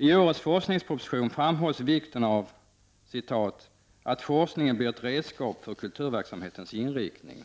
I årets forskningsproposition framhålls vikten av ”att forskningen blir ett redskap för kulturverksamhetens inriktning”.